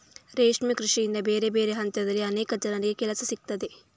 ರೇಷ್ಮೆ ಕೃಷಿಯಿಂದ ಬೇರೆ ಬೇರೆ ಹಂತದಲ್ಲಿ ಅನೇಕ ಜನರಿಗೆ ಕೆಲಸ ಸಿಗ್ತದೆ